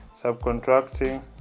subcontracting